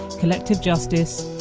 collective justice,